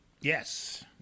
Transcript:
Yes